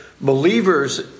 believers